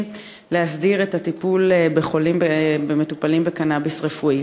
להסדיר את הטיפול במטופלים בקנאביס רפואי.